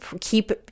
keep